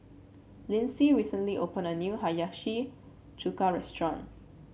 Lynsey recently opened a new Hiyashi Chuka restaurant